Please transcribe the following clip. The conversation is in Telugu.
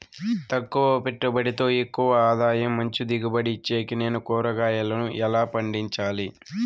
తక్కువ పెట్టుబడితో ఎక్కువగా ఆదాయం మంచి దిగుబడి ఇచ్చేకి నేను కూరగాయలను ఎలా పండించాలి?